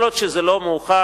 כל עוד זה לא מאוחר,